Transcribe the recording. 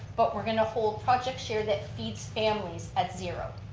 but we're going to hold project share, that feeds families at zero.